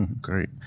great